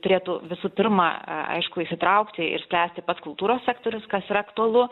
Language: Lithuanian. turėtų visų pirma aišku įsitraukti ir spręsti pats kultūros sektorius kas yra aktualu